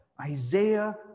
Isaiah